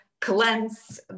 cleanse